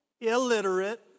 illiterate